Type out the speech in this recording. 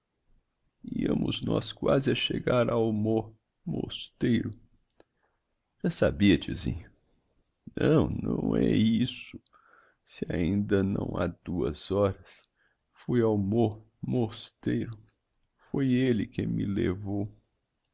quando iamos nós quasi a chegar ao mo mos teiro já sabia tiozinho não não é isso se ainda não ha duas horas fui ao mo mosteiro foi elle que me levou